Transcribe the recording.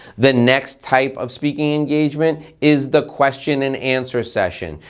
then next type of speaking engagement is the question and answer session.